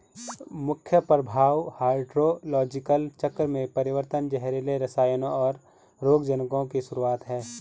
मुख्य प्रभाव हाइड्रोलॉजिकल चक्र में परिवर्तन, जहरीले रसायनों, और रोगजनकों की शुरूआत हैं